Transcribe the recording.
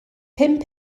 pum